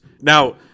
Now